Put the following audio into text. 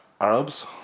Arabs